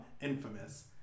infamous